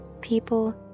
people